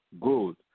good